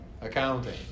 Accounting